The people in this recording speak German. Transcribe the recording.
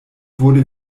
wurde